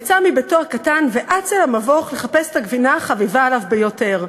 יצא מביתו הקטן ואץ אל המבוך לחפש את הגבינה החביבה עליו ביותר.